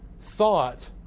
thought